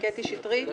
קטי קטרין שטרית,